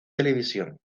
televisión